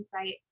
insight